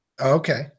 okay